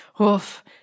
oof